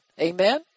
Amen